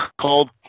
called